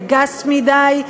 זה גס מדי,